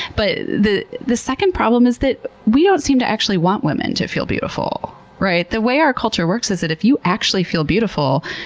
but the the second problem is that we don't seem to actually want women to feel beautiful. the way our culture works is that if you actually feel beautiful,